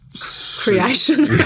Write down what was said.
creation